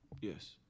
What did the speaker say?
yes